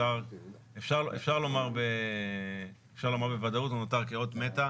ואפשר לומר בוודאות שהוא נותר כאות מתה